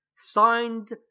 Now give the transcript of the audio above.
signed